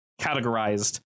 categorized